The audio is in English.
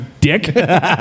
dick